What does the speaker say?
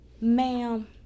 Ma'am